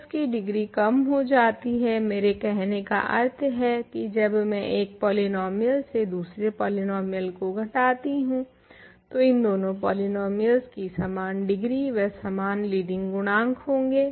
तो इसकी डिग्री कम हो जाती है मेरे कहने का अर्थ है जब मैं एक पोलिनोमियल में से दूसरा पोलिनोमियल घटाती हूँ तो इन दोनों कॉलम की डिग्री समान होगी और समान लीडिंग गुणांक भी होंगे